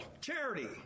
charity